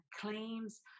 claims